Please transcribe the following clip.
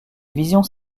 visions